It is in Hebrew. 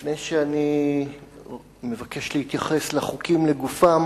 לפני שאני מבקש להתייחס לחוקים לגופם